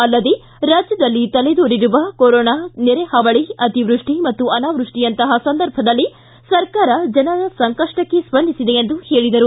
ಅಲ್ಲದೇ ತಲೆದೋರಿರುವ ಕೊರೊನಾ ನೆರೆಹಾವಳಿ ಅತಿವೃಷ್ಟಿ ಮತ್ತು ಅನಾವೃಷ್ಟಿಯಂತಹ ಸಂದರ್ಭದಲ್ಲಿ ಸರ್ಕಾರ ಜನರ ಸಂಕಪ್ಪಕ್ಕೆ ಸ್ಪಂದಿಸಿದೆ ಎಂದು ಹೇಳಿದರು